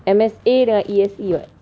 M_S_A dengan E_S_E [what]